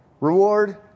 reward